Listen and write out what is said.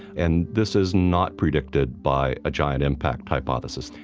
and this is not predicted by a giant impact hypothesis.